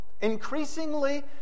Increasingly